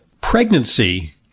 pregnancy